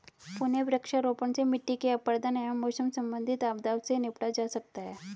पुनः वृक्षारोपण से मिट्टी के अपरदन एवं मौसम संबंधित आपदाओं से निपटा जा सकता है